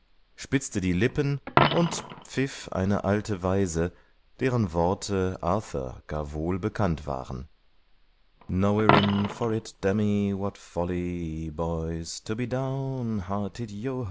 spitzte die lippen und pfiff eine alte weise deren worte arthur gar wohl bekannt waren